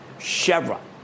Chevron